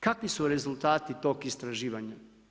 Kakvi su rezultati tog istraživanja?